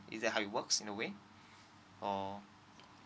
it's that how it works in a way or